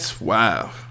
wow